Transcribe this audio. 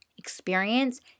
experience